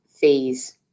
fees